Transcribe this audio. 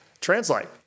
translate